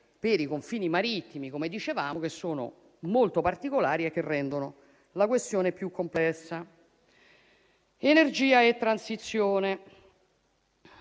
per i confini marittimi - come dicevamo - che sono molto particolari e che rendono la questione più complessa. Quanto